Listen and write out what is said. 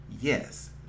yes